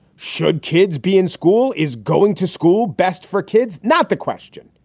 should kids be in school? is going to school best for kids? not the question.